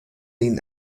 ihn